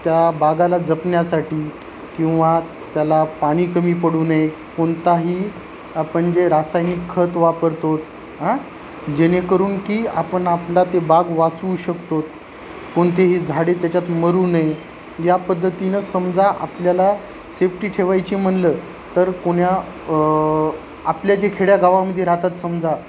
त्या बागेला जपण्यासाठी किंवा त्याला पाणी कमी पडू नये कोणताही आपण जे रासायनिक खत वापरतोत आ जेणेकरून की आपण आपला ते बाग वाचू शकतो कोणतेही झाडे त्याच्यात मरू नये या पद्धतीनं समजा आपल्याला सेफ्टी ठेवायची म्हणलं तर कोण्या आपल्या जे खेड्यागावामध्ये राहतात समजा